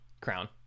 Crown